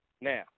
Now